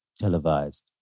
Televised